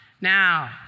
Now